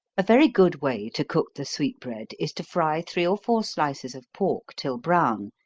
a very good way to cook the sweet bread, is to fry three or four slices of pork till brown,